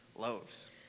Loaves